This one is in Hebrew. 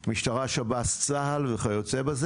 על עצמם מבחינת היקף התופעה לבין מה שחשף המבקר לגבי פגיעות